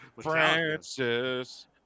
Francis